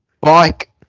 bike